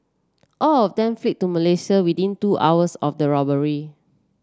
all of them fled to Malaysia within two hours of the robbery